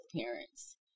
parents